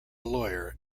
lawyer